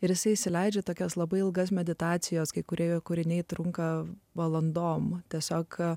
ir jisai įsileidžia tokias labai ilgas meditacijos kai kūrėjo kūriniai trunka valandom tiesiog ką